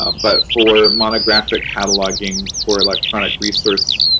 um but for monographic cataloging for electronic resource